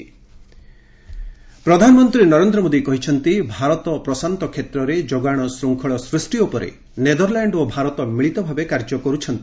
PM Netherland ପ୍ରଧାନମନ୍ତ୍ରୀ ନରେନ୍ଦ୍ର ମୋଦୀ କହିଛନ୍ତି ଭାରତ ପ୍ରଶାନ୍ତ କ୍ଷେତ୍ରରେ ଯୋଗାଣ ଶୃଙ୍ଗଳ ସୃଷ୍ଟି ଉପରେ ନେଦରଲାଣ୍ଡ ଓ ଭାରତ ମିଳିତଭାବେ କାର୍ଯ୍ୟ କରୁଛନ୍ତି